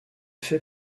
fait